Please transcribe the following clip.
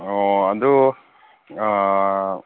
ꯑꯣ ꯑꯗꯨ